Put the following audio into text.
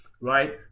right